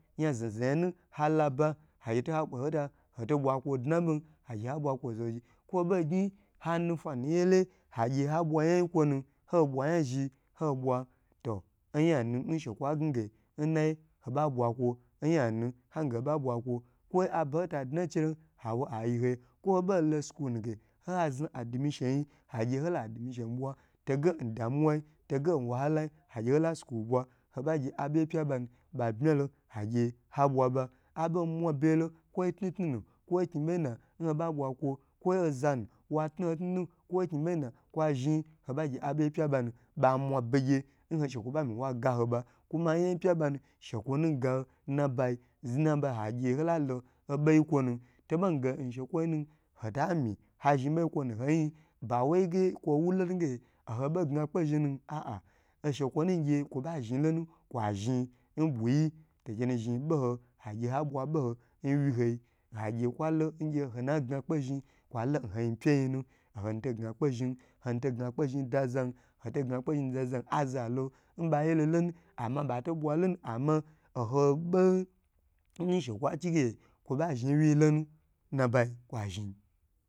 Yan zha zha yanu hala ba hagye hoto bwakwo ndna bon hagye ha bwa kwo nsoki kwo hobo gyn hanufin nyeleye age ha bwa yan nkwonu ho bwa yan zhi ho bwa to hoyanu nsha kwa gna ge nnayi hoba bwa kwon, ka ba hota dna che lo hawa heyi hoye kwo hobo lo schod nu ge hoho za admission bwa to ge ndamuwai to ge n woha lai hagye hola school bwa ogye aboyi pya banu ba dna lo hagye ha bwaba abo mwabegyelo kwo tnu tnu nu kwo knibeyi na nho ha bwa kwo, kwo ezanu wa tuuho tnu-tnu kwo knibenu kwa zhn ho bagye abeyi pye banu bamwabega nhoshekwo bami wagaho ba kuma ayangi pya bani shekwo nu gaho nabayi agye holalo oboyi kwonu toboige nshakwoyi nu hotami ha zhi buyi kwo nu nhoyi yin bawai ge kwo wu bnuge nho bogna kpe zhn nu don shekwo nugy kuba zhn lona azhi n buyi ochenu zhn boho hage boho nwiho agye shekwalo nge ohonuba gna kpe zhn kwalo nhoyipyei ohonutoga kpe zhn, honu to gna kpe zhn da zam hoto gna kpe zhn da zan a za lo nba yelolo lonu amma ba to bwa lonu amo oho bo nshe kwo chige kwo ba zhn wyi lonu